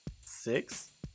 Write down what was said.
six